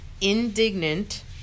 indignant